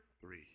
Three